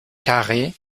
carrées